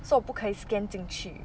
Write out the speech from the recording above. so 我不可以 scan 进去